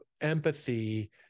empathy